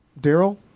Daryl